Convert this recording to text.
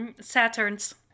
Saturn's